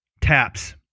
TAPS